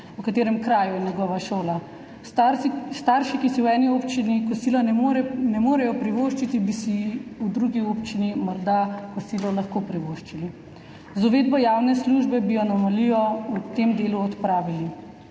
v katerem kraju je njegova šola. Stari starši, ki si v eni občini kosila ne morejo privoščiti, bi si v drugi občini morda kosilo lahko privoščili. Z uvedbo javne službe bi anomalijo v tem delu odpravili.